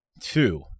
two